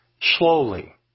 slowly